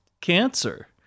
cancer